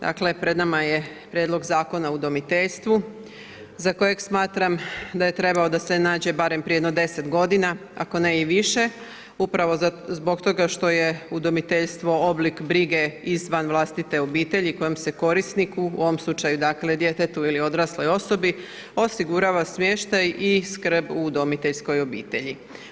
Dakle, pred nama je Prijedlog zakona o udomiteljstvu za kojeg smatram da je trebao da se nađe prije jedno 10 godina ako ne i više, upravo zbog toga što je udomiteljstvo oblik brige izvan vlastite obitelji kojom se korisniku u ovom slučaju dakle djetetu ili odrasloj osobi osigurava smještaj i skrb u udomiteljskoj obitelji.